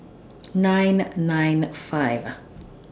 nine nine five